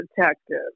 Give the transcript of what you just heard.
detective